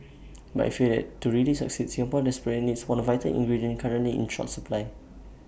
but I fear that to really succeed Singapore desperately needs one vital ingredient currently in short supply